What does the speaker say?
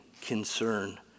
concern